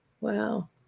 Wow